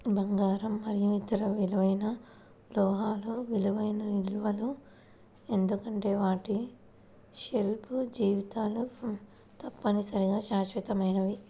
బంగారం మరియు ఇతర విలువైన లోహాలు విలువైన నిల్వలు ఎందుకంటే వాటి షెల్ఫ్ జీవితాలు తప్పనిసరిగా శాశ్వతమైనవి